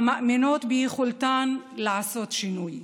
המאמינות ביכולתן לעשות שינוי,